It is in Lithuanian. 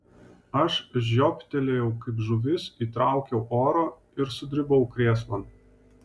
aš žioptelėjau kaip žuvis įtraukiau oro ir sudribau krėslan